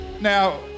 now